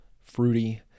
fruity